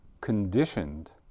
conditioned